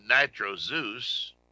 Nitro-Zeus